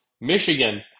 Michigan